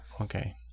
Okay